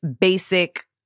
basic